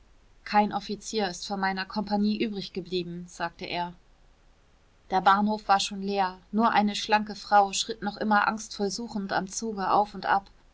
kein offizier ist von meiner kompagnie übrig geblieben sagte er der bahnhof war schon leer nur eine schlanke frau schritt noch immer angstvoll suchend am zuge auf und ab